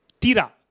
Tira